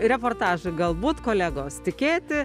reportažai galbūt kolegos tikėti